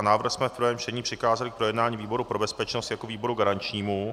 Návrh jsme v prvém čtení přikázali k projednání výboru pro bezpečnost jako výboru garančnímu.